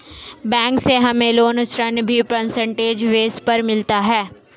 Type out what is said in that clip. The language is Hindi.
बैंक से हमे लोन ऋण भी परसेंटेज बेस पर मिलता है